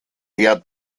der